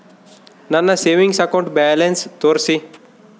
ನನ್ನ savings account balance ತೋರಿಸಿ?